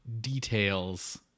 details